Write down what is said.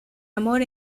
amor